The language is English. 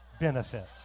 benefits